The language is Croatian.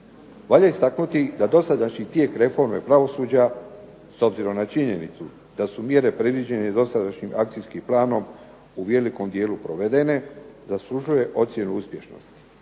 Valja istaknuti da dosadašnji tijek reforme pravosuđa s obzirom na činjenicu da su mjere predviđene i dosadašnjim akcijskim planom u velikom dijelu provedene zaslužuje ocjenu uspješnosti.